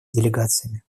делегациями